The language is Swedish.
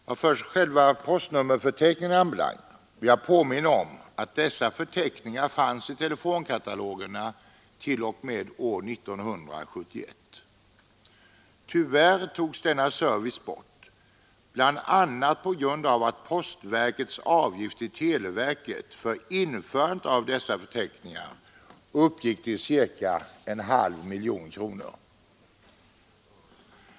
Vad först själva postnummerförteckningen anbelangar vill jag påminna om att den fanns i telefonkatalogerna t.o.m. år 1971. Tyvärr togs denna service bort, bl.a. på grund av att postverkets avgift till televerket för införandet av förteckningen uppgick till cirka en halv miljon kronor.